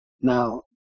now